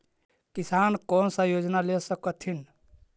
किसान कोन सा योजना ले स कथीन?